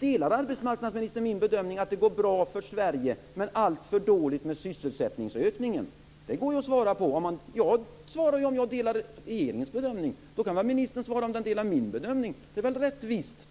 Delar arbetsmarknadsministern min bedömning att det går bra för Sverige men alltför dåligt med sysselsättningsökningen? Det går att svara på den frågan. Jag sade ju att jag delar regeringens bedömning, och då kan väl ministern svara om hon delar min bedömning. Det är väl rättvist.